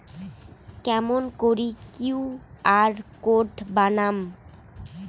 কেমন করি QR code বানাম?